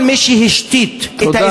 כל מי שהשתית, תודה.